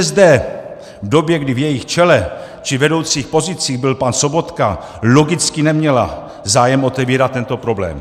ČSSD v době, kdy v jejím čele či vedoucích pozicích byl pan Sobotka, logicky neměla zájem otevírat tento problém.